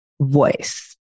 voice